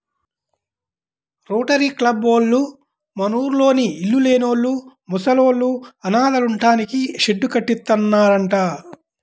rotary కబ్బోళ్ళు మనూర్లోని ఇళ్ళు లేనోళ్ళు, ముసలోళ్ళు, అనాథలుంటానికి షెడ్డు కట్టిత్తన్నారంట